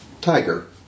tiger